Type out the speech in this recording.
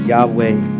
Yahweh